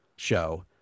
show